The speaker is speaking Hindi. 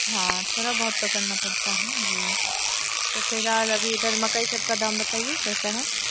हाँ थोड़ा बहुत तो करना पड़ता है जी तो फिर और उधर मकई सब का दाम बताइए कैसा है